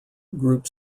group